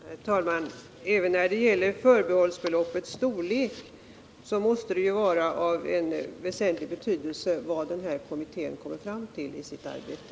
Herr talman! Även när det gäller förbehållsbeloppens storlek måste det vara av väsentlig betydelse vad kommittén kommer fram till i sitt arbete.